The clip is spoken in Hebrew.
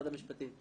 בבקשה.